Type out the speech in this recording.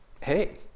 hey